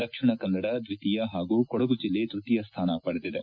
ದಕ್ಷಿಣ ಕನ್ನಡ ದ್ವಿತೀಯ ಹಾಗು ಕೊಡಗು ಜೆಲ್ಲೆ ತೃತೀಯ ಸ್ಥಾನ ಪಡೆದಿದೆ